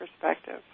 perspective